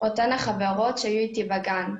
אותן החברות שהיו איתי בגן,